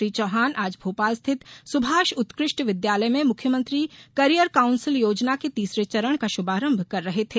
श्री चौहान आज भोपाल स्थित सुभाष उत्कृष्ट विद्यालय में मुख्यमंत्री कॅरियर काउंसिल योजना के तीसरे चरण का शुभारंभ कर रहे थे